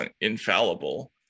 infallible